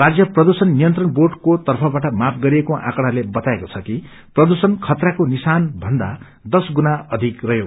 राज्य प्रदूषण नियन्त्रण बोंडको तर्फबाट माप गरिएको आकँड़ाले बताएको छ कि प्रदूषण चातराको निशान भन्दा दश गुणा अधिक रहयो